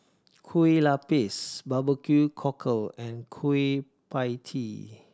Kueh Lupis barbecue cockle and Kueh Pie Tee